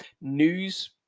news